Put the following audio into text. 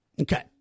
Okay